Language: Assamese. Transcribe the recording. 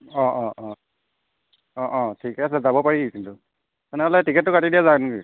অঁ অঁ অঁ অঁ অঁ ঠিকে আছে যাব পাৰি কিন্তু তেনেহ'লে টিকেতটো কাটি দিয়া যাওঁক নেকি